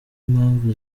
impamvu